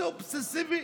איזה אובססיבי.